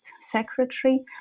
secretary